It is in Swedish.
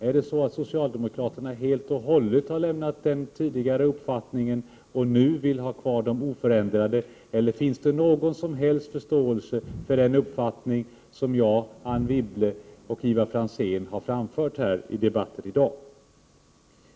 Är det så att socialdemokraterna helt och hållet har lämnat den tidigare uppfattningen och nu vill ha kvar dem oförändrade, eller finns det någon som helst förståelse för den uppfattning som jag, Anne Wibble och Ivar Franzén har framfört i debatten i dag?